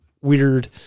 weird